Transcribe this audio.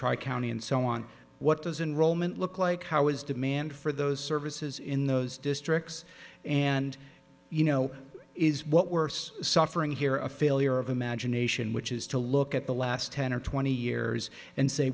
try county and so on what does in roman look like how is demand for those services in those districts and you know is what worse suffering here a failure of imagination which is to look at the last ten or twenty years and say